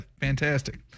fantastic